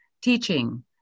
teaching